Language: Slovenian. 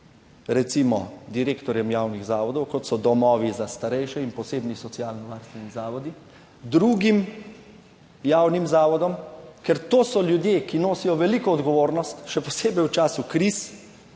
recimo direktorjem javnih zavodov, kot so domovi za starejše in posebni socialno varstveni zavodi. Drugim javnim zavodom, ker to so ljudje, ki nosijo veliko odgovornost, še posebej v času kriz,